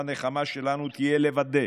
הנחמה שלנו תהיה לוודא